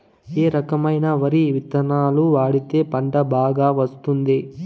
ఏ రకమైన వరి విత్తనాలు వాడితే పంట బాగా వస్తుంది?